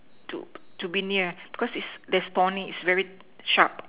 to to be near because is there's thorny its very sharp